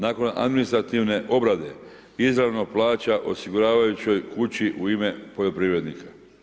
Nakon administrativne obrade izravno plaća osiguravajućoj kući u ime poljoprivrednika.